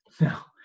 Now